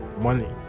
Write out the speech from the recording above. money